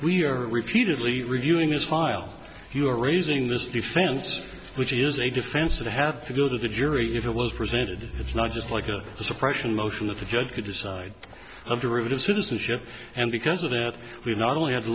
we are repeatedly reviewing this file you are raising this defense which is a defense that had to go to the jury if it was presented it's not just like a suppression motion of the judge could decide a derivative citizenship and because of that we not only have to